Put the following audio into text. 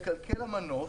התקלקל המנוף,